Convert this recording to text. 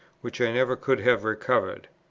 which i never could have recovered.